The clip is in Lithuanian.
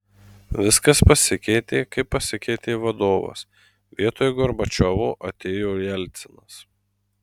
viskas pasikeitė kai pasikeitė vadovas vietoj gorbačiovo atėjo jelcinas